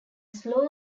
slow